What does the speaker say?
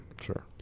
Sure